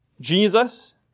Jesus